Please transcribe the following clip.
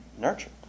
nurture